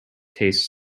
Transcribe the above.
taste